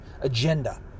agenda